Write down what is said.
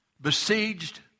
besieged